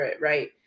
right